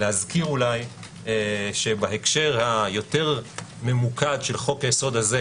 להזכיר אולי שבהקשר היותר ממוקד של חוק-היסוד הזה,